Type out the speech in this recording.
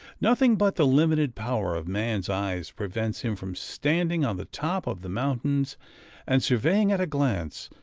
nothing but the limited power of man's eyes prevents him from standing on the top of the mountains and surveying, at a glance,